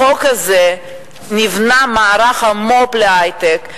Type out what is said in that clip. בחוק הזה נבנה מערך המו"פ להיי-טק,